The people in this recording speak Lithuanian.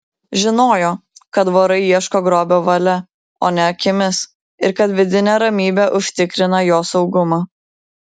žinojo kad vorai ieško grobio valia o ne akimis ir kad vidinė ramybė užtikrina jo saugumą